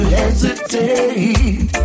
hesitate